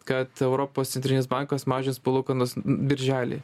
kad europos centrinis bankas mažins palūkanas birželį